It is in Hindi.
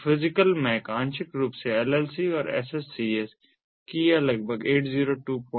तो फिजिकल MAC आंशिक रूप से LLC और SSCS कि यह लगभग 802154 है